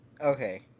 Okay